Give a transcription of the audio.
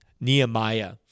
Nehemiah